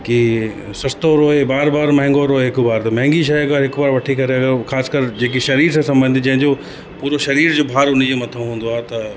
कि सस्तो रोए बार बार महांगो रोए हिकु बार त महांगी शइ अगरि हिकु बार वठी करे अगरि हू ख़ासिकर जेकी सरीर सां संबंधित जंहिं जो पूरो सरीर जो भार हुनजे मथां हूंदो आहे त